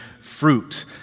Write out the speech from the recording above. fruit